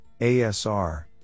ASR